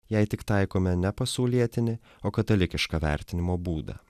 jei tik taikome ne pasaulietinį o katalikišką vertinimo būdą